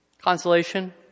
Consolation